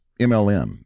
MLM